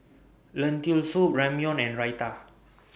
Lentil Soup Ramyeon and Raita